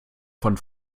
von